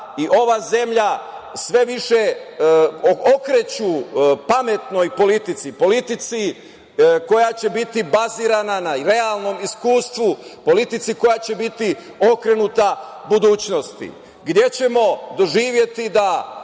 i ova zemlja sve više okreće pametnoj politici, politici koja će biti bazirana na realnom iskustvu, politici koja će biti okrenuta budućnosti, gde ćemo doživeti da